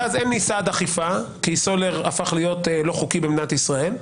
ואז אין לי סעד אכיפה כי סולר הפך להיות לא חוקי במדינת ישראל,